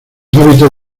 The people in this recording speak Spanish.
hábitos